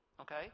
okay